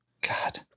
God